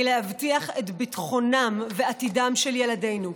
להבטיח את ביטחונם ועתידם של ילדינו.